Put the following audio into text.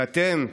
ואתם,